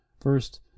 First